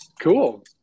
cool